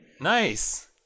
nice